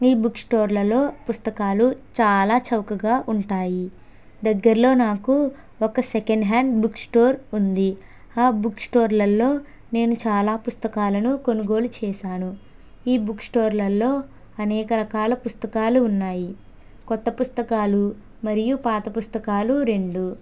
ఈ బుక్ స్టోర్లలో పుస్తకాలు చాలా చౌకగా ఉంటాయి దగ్గర్లో నాకు ఒక సెకండ్ హ్యాండ్ బుక్ స్టోర్ ఉంది ఆ బుక్ స్టోర్లలో నేను చాలా పుస్తకాలను కొనుగోలు చేశాను ఈ బుక్ స్టోర్లలో అనేక రకాల పుస్తకాలు ఉన్నాయి కొత్త పుస్తకాలు మరియు పాత పుస్తకాలు రెండు